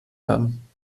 haben